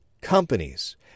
companies